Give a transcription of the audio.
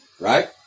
Right